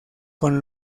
con